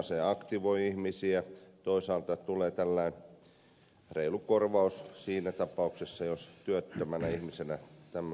se aktivoi ihmisiä toisaalta tulee reilu korvaus siinä tapauksessa jos työttömänä ihmisenä tämmöistä toimintaa harrastaa